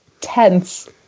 tense